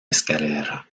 escalera